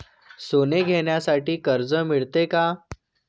सोने घेण्यासाठी कर्ज मिळते का?